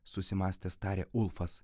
susimąstęs tarė ulfas